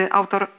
autor